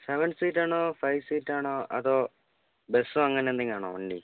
seven സീറ്റാണോ five സീറ്റാണോ അതോ ബസ്സോ അങ്ങനെ എന്തെങ്കിലും ആണോ വണ്ടി